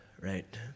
right